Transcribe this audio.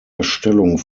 erstellung